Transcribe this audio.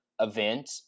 Event